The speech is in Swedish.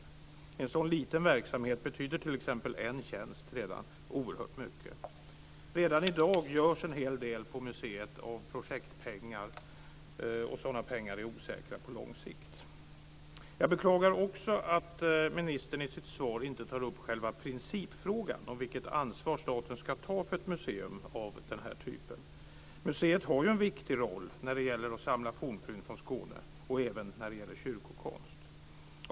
I en sådan liten verksamhet betyder t.ex. redan en tjänst oerhört mycket. Redan i dag görs en hel del på museet med projektpengar, och sådana pengar är osäkra på lång sikt. Jag beklagar också att ministern i sitt svar inte tar upp själva principfrågan om vilket ansvar staten ska ta för ett museum av den här typen. Museet har en viktig roll när det gäller att samla fornfynd från Skåne och när det gäller kyrkokonst.